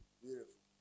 beautiful